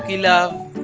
love.